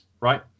right